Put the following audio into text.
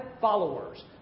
followers